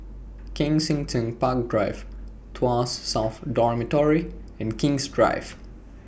Kensington Park Drive Tuas South Dormitory and King's Drive